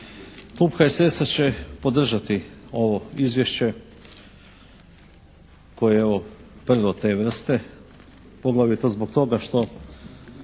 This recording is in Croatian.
Klub HSS-a će podržati ovo izvješće koje je evo prvo te vrste poglavito zbog toga što